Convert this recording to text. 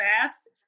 fast